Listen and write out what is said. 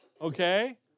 Okay